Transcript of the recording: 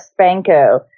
spanko